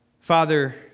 Father